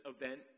event